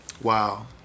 wow